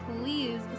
please